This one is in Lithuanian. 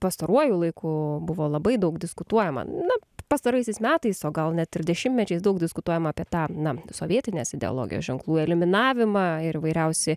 pastaruoju laiku buvo labai daug diskutuojama na pastaraisiais metais o gal net ir dešimtmečiais daug diskutuojama apie tą na sovietinės ideologijos ženklų eliminavimą ir įvairiausį